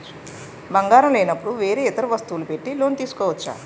బంగారం లేనపుడు వేరే ఇతర వస్తువులు పెట్టి లోన్ తీసుకోవచ్చా?